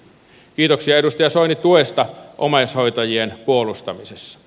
kiitoksia edustaja soini tuesta omaishoitajien puolustamisessa